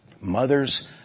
Mothers